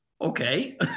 okay